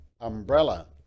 umbrella